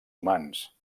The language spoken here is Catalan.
humans